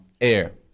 air